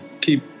keep